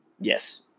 Yes